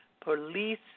police